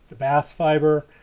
bass fiber,